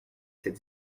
cette